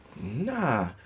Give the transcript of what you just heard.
Nah